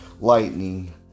Lightning